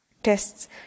Tests